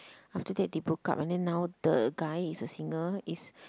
after that they broke up and then now the guy is a singer is